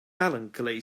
melancholy